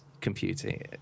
computing